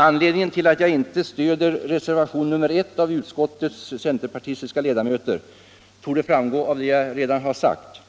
Anledningen till att jag inte stöder reservationen 1 av utskottets centerpartistiska ledamöter torde framgå av det jag redan har sagt.